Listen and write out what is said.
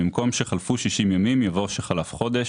במקום "שחלפו שישים ימים" יבוא "שחלף חודש",